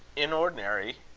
in ordinary,